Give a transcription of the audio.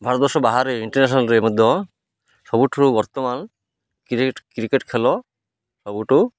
ଭାରତବର୍ଷ ବାହାରେ ଇଣ୍ଟରନେସନାଲରେ ମଧ୍ୟ ସବୁଠୁରୁ ବର୍ତ୍ତମାନ କ୍ରିକେଟ୍ ଖେଳ ସବୁଠୁ